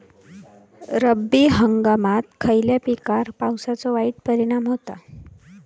रब्बी हंगामात खयल्या पिकार पावसाचो वाईट परिणाम होता?